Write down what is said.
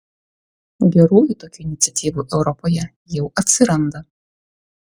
gerųjų tokių iniciatyvų europoje jau atsiranda